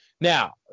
Now